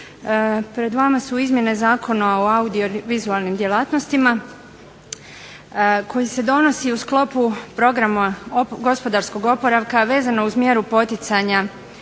pred vama su izmjene Zakona o audiovizualnim djelatnostima koji se donosi u sklopu Programa gospodarskog oporavka, a vezano uz mjeru poticanja